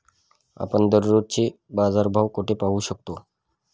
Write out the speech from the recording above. आपण दररोजचे बाजारभाव कोठे पाहू शकतो?